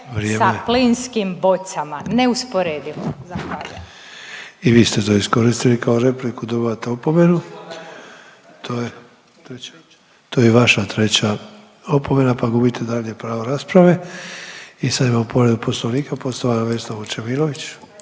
Zahvaljujem. **Sanader, Ante (HDZ)** I vi ste to iskoristili kao repliku, dobivate opomenu. To je treća, to je i vaša treća opomena pa gubite dalje pravo rasprave. I sad imamo povredu Poslovnika, poštovana Vesna Vučemilović.